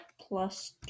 Plus